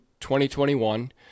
2021